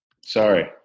sorry